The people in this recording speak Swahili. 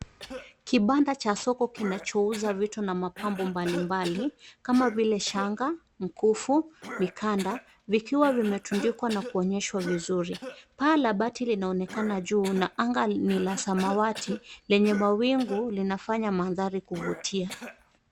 Kibanda cha soko kinachouza vitu na mapambo mbalimbali, kama vile shanga, mkufu, mikanda, vikiwa vimetundikwa na kuonyeshwa vizuri. Paa la bati linaonekana juu, na anga ni la samawati lenye mawingu linafanya mandhari kuvutia.